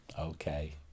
Okay